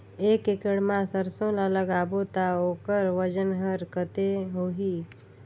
एक एकड़ मा सरसो ला लगाबो ता ओकर वजन हर कते होही?